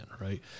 right